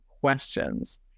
questions